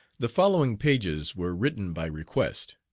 the following pages were written by request.